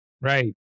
Right